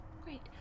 Great